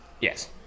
Yes